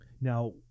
Now